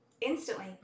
instantly